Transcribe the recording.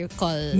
call